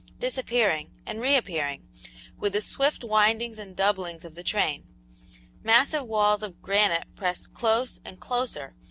disappearing, and reappearing with the swift windings and doublings of the train massive walls of granite pressed close and closer,